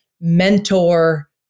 mentor